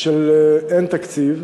של אין תקציב,